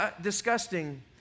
disgusting